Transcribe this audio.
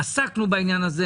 עסקנו בזה,